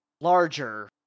Larger